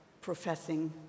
professing